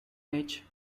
leche